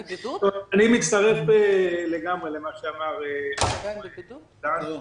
תל"ם): אני מצטרף לגמרי אל מה שאמר אבשלום וילן.